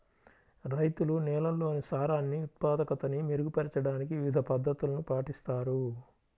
రైతులు నేలల్లోని సారాన్ని ఉత్పాదకతని మెరుగుపరచడానికి వివిధ పద్ధతులను పాటిస్తారు